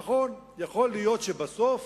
נכון, יכול להיות שבסוף